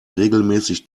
regelmäßig